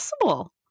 possible